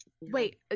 Wait